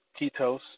Ketose